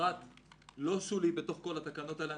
פרט לא שולי בתוך כל התקנות האלה.